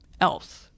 else